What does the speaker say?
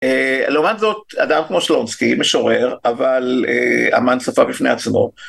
לעומת זאת, אדם כמו שלונסקי, משורר, אבל אמן שפה בפני עצמו.